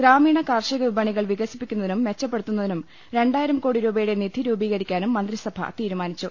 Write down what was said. ഗ്രാമീണ കാർഷിക വിപണികൾ വിക സിപ്പിക്കുന്നതിനും മെച്ചപ്പെടുത്തുന്നതിനും രണ്ടായിരം കോടി രൂപയുടെ നിധി രൂപീകരിക്കാനും മന്ത്രിസഭ തീരുമാനിച്ചു